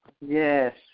Yes